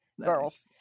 girls